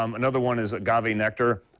um another one is agave nectar,